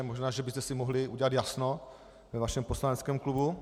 Možná že byste si mohli udělat jasno ve svém poslaneckém klubu.